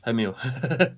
还没有